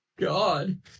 God